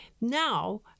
Now